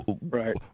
right